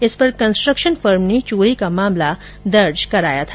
इस पर construction firm ने चोरी का मामला दर्ज कराया था